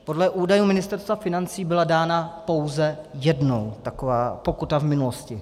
Podle údajů Ministerstva financí byla dána pouze jednou taková pokuta v minulosti.